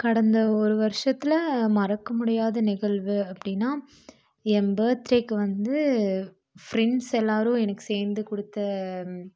கடந்த ஒரு வருஷத்தில் மறக்க முடியாத நிகழ்வு அப்படின்னா என் பர்த்டேக்கு வந்து ஃபிரென்ட்ஸ் எல்லோரும் எனக்கு சேர்ந்து கொடுத்த